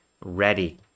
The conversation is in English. ready